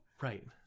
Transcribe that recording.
Right